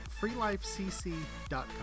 freelifecc.com